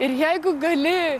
ir jeigu gali